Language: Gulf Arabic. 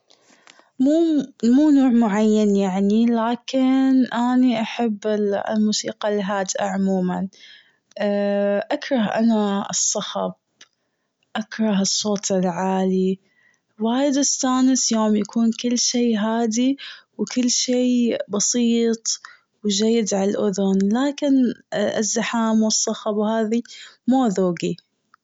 مو نوع معين يعني لكن أني أحب الموسيقى الهادئة عموماً. اكره أنا الصخب. اكره الصوت العالي. وايد استانس يوم يكون كل شي هادي، و كل شي بسيط و جيد عالاذن. لكن الزحام و الصخب و هذي مو ذوقي.